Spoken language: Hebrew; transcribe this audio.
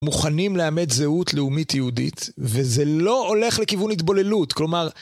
מוכנים לעמד זהות לאומית יהודית וזה לא הולך לכיוון התבוללות כלומר